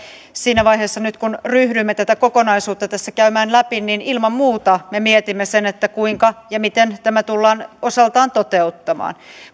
siinä vaiheessa nyt kun ryhdymme tätä kokonaisuutta tässä käymään läpi niin ilman muuta me mietimme sen kuinka ja miten tämä tullaan osaltaan toteuttamaan